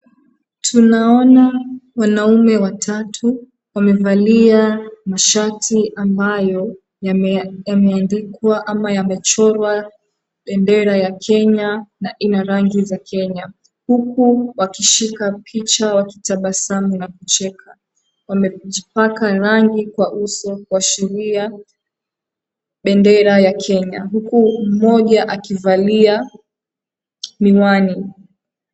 Tunaona wanaume watatu wamevalia mashati ambayo yameandikwa ama yamechorwa bendera ya Kenya na ina rangi za Kenya, huku wakishika picha, wakitabasamu na kucheka, wamejipaka rangi kwa uso kuashiria bendera ya Kenya, huku mmoja akivalia miwani.